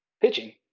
pitching